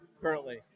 currently